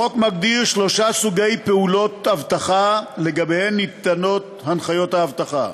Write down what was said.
החוק מגדיר שלושה סוגי פעולות אבטחה שלגביהן ניתנות הנחיות אבטחה: